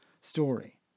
story